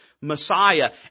Messiah